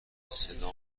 صدا